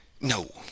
no